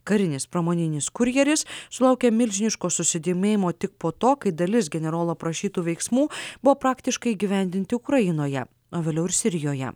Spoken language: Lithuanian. karinis pramoninis kurjeris sulaukė milžiniško susidomėjimo tik po to kai dalis generolo aprašytų veiksmų buvo praktiškai įgyvendinti ukrainoje o vėliau ir sirijoje